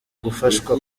gufashwa